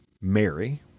Mary